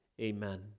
amen